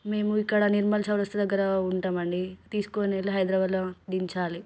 మేము ఇక్కడ నిర్మల్ చౌరస్తా దగ్గర ఉంటామండి తీసుకునెళ్ళి హైదరాబాద్లో దించాలి